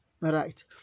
Right